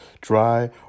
dry